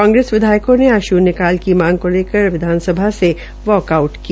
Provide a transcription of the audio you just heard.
कांग्रेस विधायकों ने आज शून्यकाल की मांग को लेकर सदन से वाकआउट किया